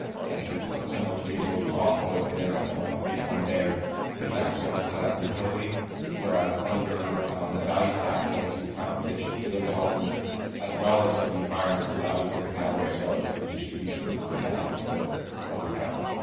essentially so similar to the related cost although it varies somewhat based on their exact service class and utility where ads under the value stack they will receive compensation for those elements as well as for the environmental value for the power as well as for the distribution system value of the of the power.